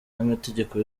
n’amategeko